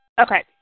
okay